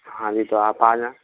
हाँ जी तो आप आना